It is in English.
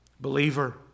Believer